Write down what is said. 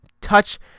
touch